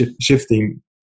shifting